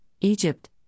Egypt